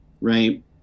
right